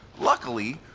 Luckily